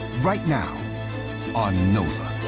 right now on nova.